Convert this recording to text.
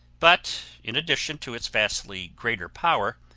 but in addition to its vastly greater power,